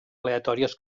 aleatòries